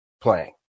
playing